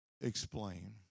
explain